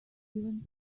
even